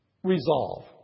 Resolve